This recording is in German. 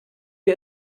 wir